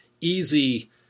easy